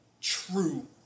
true